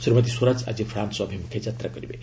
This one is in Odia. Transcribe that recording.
ଶ୍ରୀମତୀ ସ୍ୱରାଜ ଆଜି ଫ୍ରାନ୍ସ ଅଭିମୁଖେ ଯାତ୍ରା କରିବେ